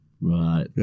right